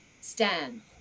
Stan